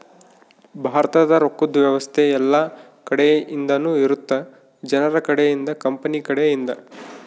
ಭಾರತದ ರೊಕ್ಕದ್ ವ್ಯವಸ್ತೆ ಯೆಲ್ಲ ಕಡೆ ಇಂದನು ಇರುತ್ತ ಜನರ ಕಡೆ ಇಂದ ಕಂಪನಿ ಕಡೆ ಇಂದ